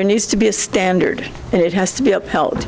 there needs to be a standard and it has to be upheld